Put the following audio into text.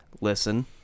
listen